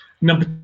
Number